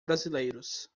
brasileiros